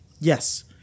Yes